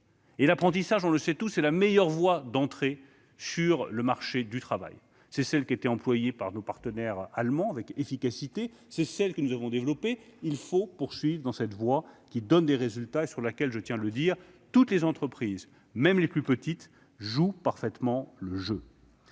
L'apprentissage, on le sait tous, c'est la meilleure voie d'entrée sur le marché du travail. C'est celle qui a été employée par nos partenaires allemands avec efficacité, et c'est celle que nous avons développée. Il faut poursuivre dans cette voie, car elle donne des résultats, d'autant que toutes les entreprises, même les plus petites, jouent parfaitement le jeu.